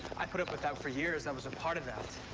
i put up with that for years. i was a part of that.